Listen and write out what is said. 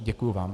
Děkuji vám.